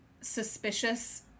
suspicious